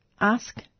ask